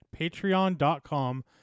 patreon.com